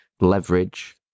leverage